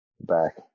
back